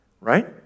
right